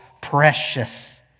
precious